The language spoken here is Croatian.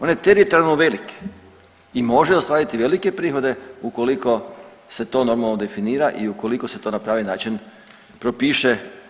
On je teritorijalno velik i može ostvariti velike prihode ukoliko se to normalno definira i ukoliko se to na pravi način propiše.